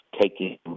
taking